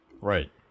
Right